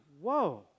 whoa